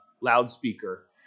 loudspeaker